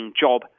job